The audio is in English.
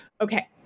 Okay